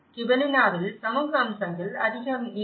கிபெலினாவில் சமூக அம்சங்கள் அதிகம் இல்லை